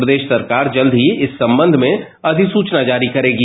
प्रदेश सरकार जल्द ही इस संबंध में अधिसूचना जारी करेगी